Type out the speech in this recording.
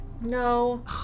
No